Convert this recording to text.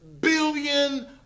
billion